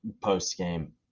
post-game